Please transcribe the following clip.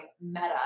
meta